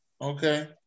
Okay